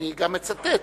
אני גם מצטט